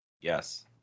Yes